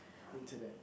internet